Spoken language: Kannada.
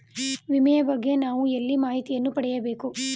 ವಿಮೆಯ ಬಗ್ಗೆ ನಾವು ಎಲ್ಲಿ ಮಾಹಿತಿಯನ್ನು ಪಡೆಯಬೇಕು?